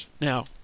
Now